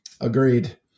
Agreed